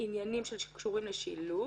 עניינים שקשורים לשילוט,